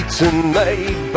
tonight